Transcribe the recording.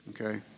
okay